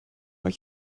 euch